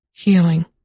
Healing